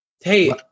Hey